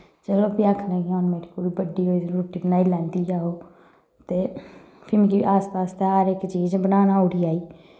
चलो फ्ही आखना कुड़ी बड्डी होई दी रुट्टी बनाई लैंदी ऐ ओह् ते फ्ही मिगी आस्तै आस्तै हर इक चीज बनाना उठी आई